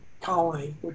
colony